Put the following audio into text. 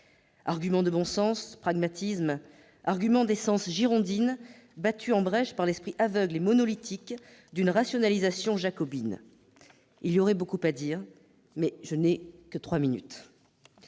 précitées. Bon sens, pragmatisme, arguments d'essence girondine battus en brèche par l'esprit aveugle et monolithique d'une rationalisation jacobine. Il y aurait beaucoup à dire, mais je ne dispose que de trois minutes